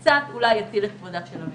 זה קצת אולי יציל את כבודה של המדינה.